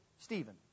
Stephen